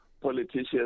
politicians